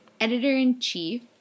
editor-in-chief